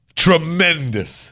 tremendous